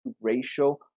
ratio